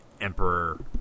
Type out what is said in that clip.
Emperor